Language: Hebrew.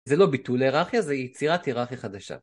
זה לא ביטול היררכיה, זה יצירת היררכיה חדשה.